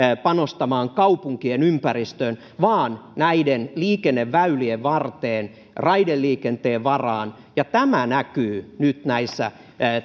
panostamaan kaupunkien ympäristöön vaan liikenneväylien varteen raideliikenteen varaan ja tämä näkyy nyt näissä